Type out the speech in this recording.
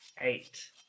Eight